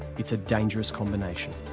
it's a dangerous combination.